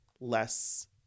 less